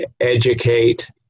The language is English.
educate